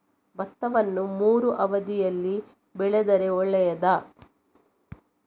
ಭತ್ತವನ್ನು ಮೂರೂ ಅವಧಿಯಲ್ಲಿ ಬೆಳೆದರೆ ಒಳ್ಳೆಯದಾ?